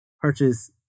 purchase